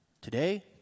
Today